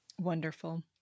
Wonderful